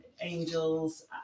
Angels